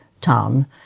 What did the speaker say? town